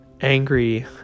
angry